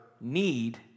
need